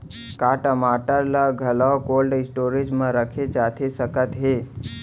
का टमाटर ला घलव कोल्ड स्टोरेज मा रखे जाथे सकत हे?